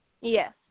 Yes